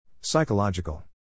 Psychological